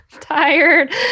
tired